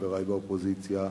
חברי באופוזיציה,